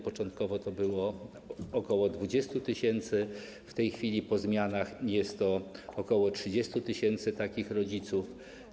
Początkowo było to ok. 20 tys., w tej chwili po zmianach jest ok. 30 tys. takich rodziców.